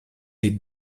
des